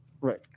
Right